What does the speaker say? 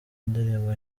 indirimbo